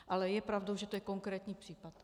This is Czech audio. Ale je pravda, že to je konkrétní případ.